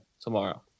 tomorrow